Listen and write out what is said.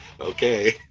okay